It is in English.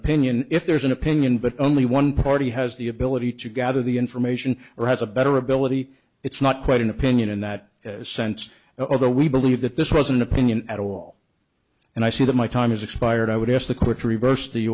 opinion if there's an opinion but only one party has the ability to gather the information or has a better ability it's not quite an opinion in that sense although we believe that this was an opinion at all and i see that my time has expired i would ask the court reversed the